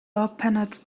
opened